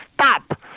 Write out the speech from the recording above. stop